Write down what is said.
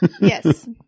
Yes